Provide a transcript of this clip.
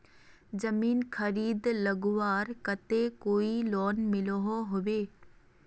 जमीन खरीद लगवार केते कोई लोन मिलोहो होबे?